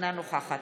אינה נוכחת